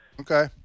Okay